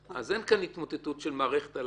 אז אין כאן התמוטטות של המערכת על